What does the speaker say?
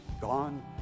gone